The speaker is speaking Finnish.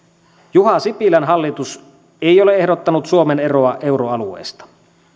juha sipilän hallitus ei ole ehdottanut suomen eroa euroalueesta